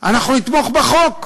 ואנחנו נתמוך בחוק,